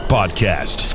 Podcast